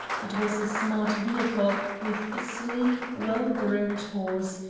it was a smart vehicle, with a sleek, well-groomed horse,